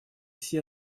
все